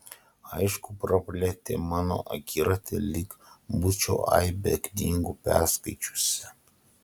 aišku praplėtė mano akiratį lyg būčiau aibę knygų perskaičiusi